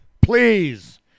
please